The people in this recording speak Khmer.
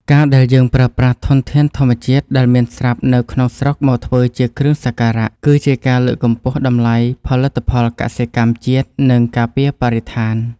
ការដែលយើងប្រើប្រាស់ធនធានធម្មជាតិដែលមានស្រាប់នៅក្នុងស្រុកមកធ្វើជាគ្រឿងសក្ការៈ គឺជាការលើកកម្ពស់តម្លៃផលិតផលកសិកម្មជាតិ និងការពារបរិស្ថាន។